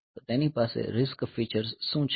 તો તેની પાસે RISC ફીચર્સ શું છે